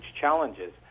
challenges